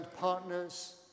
partners